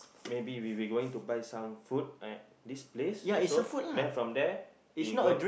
maybe we we going to buy some food at this place also then from there we going